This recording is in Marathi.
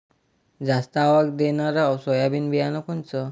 जास्त आवक देणनरं सोयाबीन बियानं कोनचं?